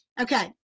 Okay